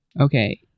Okay